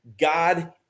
God